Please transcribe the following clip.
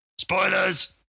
Spoilers